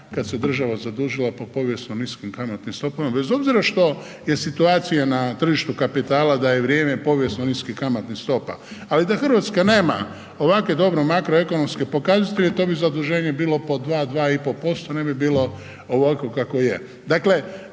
da RH nema ovakve dobro makro ekonomske pokazatelje, to bi zaduženje bilo po 2-2,5%, ne bi bilo ovakvo kakvo je.